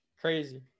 crazy